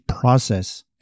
process